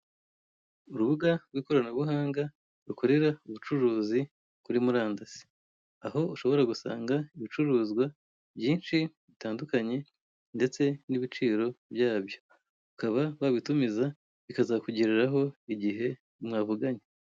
Urubuga rw'ikoranabuhanga rukorera ubucuruzi kuri murandasi, aho ushobora gusanga ibicuruzwa byinshi bitandukanye ndetse n'ibiciro byabyo ukaba wabitumiza bikazakugereraho igihe mwavuganye.